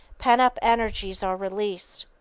pent-up energies are released.